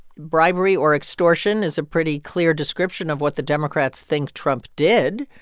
bribery or extortion is a pretty clear description of what the democrats think trump did.